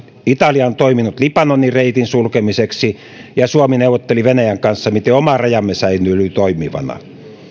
italia on toiminut libanonin reitin sulkemiseksi ja suomi neuvotteli venäjän kanssa miten oma rajamme säilyy toimivana